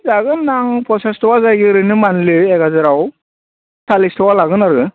जागोन आं पन्सास थाखा जायो ओरैनो माथन्लि एक हाजाराव सारिस'आ लागोन आरो